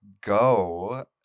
go